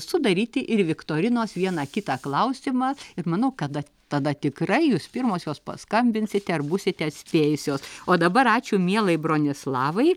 sudaryti ir viktorinos vieną kitą klausimą ir manau kada tada tikrai jūs pirmosios paskambinsite ir būsite atspėjusios o dabar ačiū mielai bronislavai